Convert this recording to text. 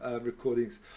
recordings